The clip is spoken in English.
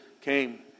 came